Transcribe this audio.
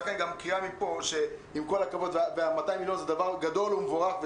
לכן קריאה מפה 200 מיליון זה דבר גדול ומבורך,